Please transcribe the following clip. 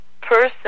person